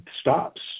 stops